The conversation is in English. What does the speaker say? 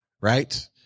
right